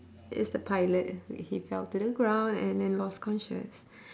is the pilot he fell to the ground and then lost conscious